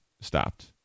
stopped